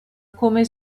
come